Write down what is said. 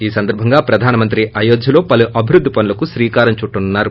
ఈ సందర్భంగా ప్రధాన మంత్రి అయోధ్యలో పలు అభివృద్ధి పనులకు శ్రీకారం చుట్లనున్నారు